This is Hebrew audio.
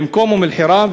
במקום אום-אלחיראן,